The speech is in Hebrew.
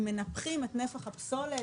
הם מנפחים את נפח הפסולת,